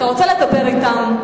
אתה רוצה לדבר אתם?